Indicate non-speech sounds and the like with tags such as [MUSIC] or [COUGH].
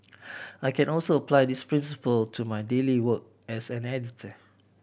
[NOISE] I can also apply this principle to my daily work as an editor